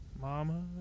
Mama